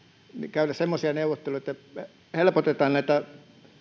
käydä semmoisia neuvotteluja että helpotetaan näitä